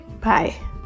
bye